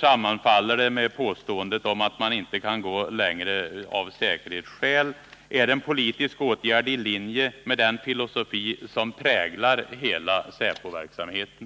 sammanfaller med påståendet att man inte kan gå längre av säkerhetsskäl? Är det en politisk åtgärd i linje med den filosofi som präglar hela säpoverksamheten?